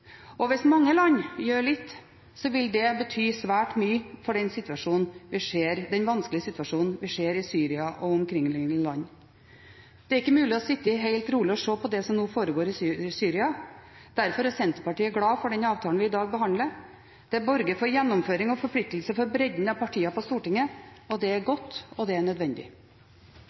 Hvis mange land gjør litt, vil det bety svært mye for den vanskelige situasjonen vi ser i Syria og omkringliggende land. Det er ikke mulig å sitte helt rolig og se på det som nå foregår i Syria, derfor er Senterpartiet glad for den avtalen vi i dag behandler. Det borger for gjennomføring og forpliktelse for bredden av partier på Stortinget, og det er